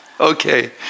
Okay